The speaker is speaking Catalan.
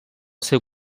seu